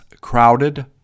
crowded